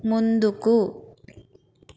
ముందుకు